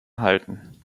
halten